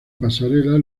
pasarela